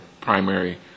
primary